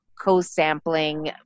co-sampling